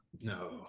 No